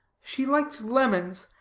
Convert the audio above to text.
she liked lemons,